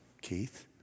Keith